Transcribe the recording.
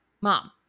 Mom